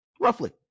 Roughly